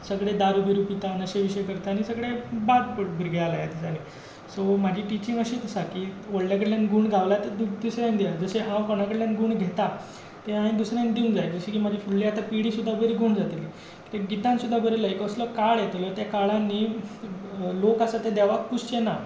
सगळे दारू बिरू पितात नशे विशे करता आनी सगळे बाद भुरगे जाल्या ह्या दिसांनी सो म्हजी टिचींग अशीच आसा की व्हडल्या कडल्यान गूण गावला ते दु दुसऱ्यांक दियात जशे हांव कोणा कडल्यान गूण घेता ते हांवें दुसऱ्यांक दिवंक जाय जशे की म्हजी फुडली आतां पिडी सुद्दां बरी गूण जातली कित्याक गितान सुद्दां बरयलां एक असलो काळ येतलो त्या काळान न्हय लोक आसा ते देवाक पुजचेना